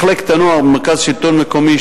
מחלקת הנוער במרכז השלטון המקומי,